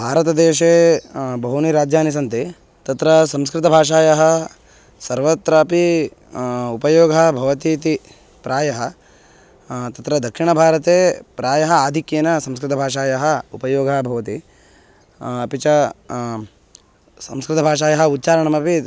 भारतदेशे बहूनि राज्यानि सन्ति तत्र संस्कृतभाषायाः सर्वत्रापि उपयोगः भवति इति प्रायः तत्र दक्षिणभारते प्रायः आधिक्येन संस्कृतभाषायाः उपयोगः भवति अपि च संस्कृतभाषायाः उच्चारणमपि